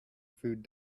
food